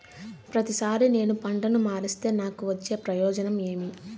ప్రతిసారి నేను పంటను మారిస్తే నాకు వచ్చే ప్రయోజనం ఏమి?